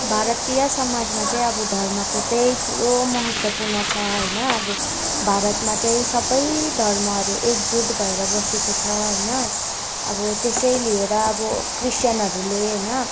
भारतीय समाजमा चाहिँ अब धर्मको त्यही ठुलो महत्वपूर्ण छ होइन अब भारतमा चाहिँ सबै धर्महरू एकजुट भएर बसेको छ होइन अब त्यसै लिएर अब क्रिस्तानहरूले होइन